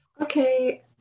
Okay